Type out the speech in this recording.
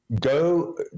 go